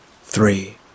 three